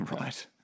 right